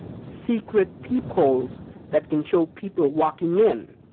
secret peepholes that can show people walking in,